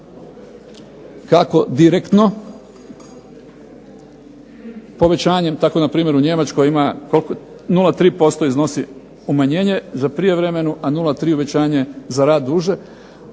tako direktno povećanjem tako na primjer u Njemačkoj iznosi 0,3% umanjenje za prijevremenu, a 0,3 uvećanje za rad duže